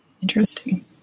Interesting